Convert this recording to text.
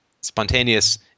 spontaneous